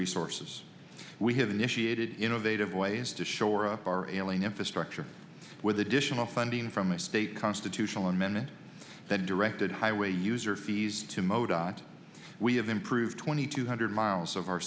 resources we have initiated innovative ways to shore up our ailing infrastructure with additional funding from a state constitutional amendment that directed highway user fees to mota we have improved twenty two hundred miles of our